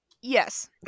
yes